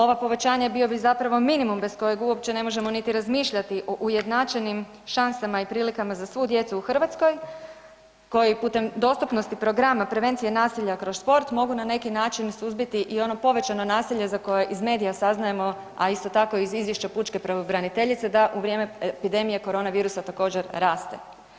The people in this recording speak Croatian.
Ovo povećanje bio bi zapravo minimum bez kojeg uopće ne možemo niti razmišljati o ujednačenim šansama i prilikama za svu djecu u Hrvatskoj koji putem dostupnosti programa prevencija nasilja kroz sport mogu na neki način suzbiti i ono povećano nasilje za koje iz medija saznajemo, a isto tako iz izvješća pučke pravobraniteljice da u vrijeme pandemije koronavirusa također, raste.